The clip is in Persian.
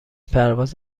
پرواز